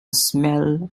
smell